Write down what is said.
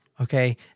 okay